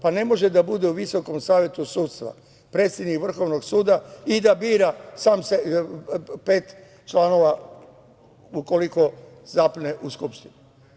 Pa, ne može da bude u Visokom savetu sudstva predsednik Vrhovnog suda i da bira sam pet članova, ukoliko zapne u Skupštini.